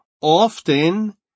often